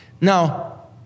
Now